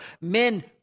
men